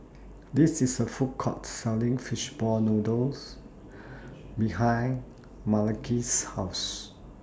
There IS A Food Court Selling Fishball Noodle behind Malaki's House